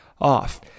off